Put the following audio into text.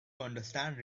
understand